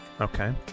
okay